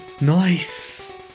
Nice